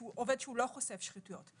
עובד שהוא לא חושף שחיתויות,